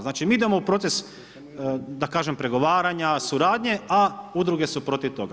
Znači mi idemo u proces, da kažem pregovaranja, suradnje, a udruge su protiv toga.